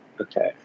Okay